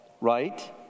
right